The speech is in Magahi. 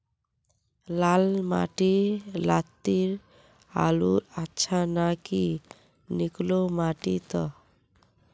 लाल माटी लात्तिर आलूर अच्छा ना की निकलो माटी त?